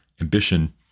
ambition